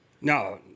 No